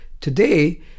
Today